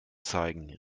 zeigen